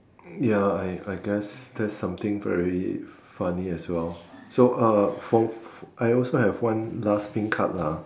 ya I I guess that's something very funny as well so uh for I also have one last pink card lah